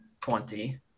twenty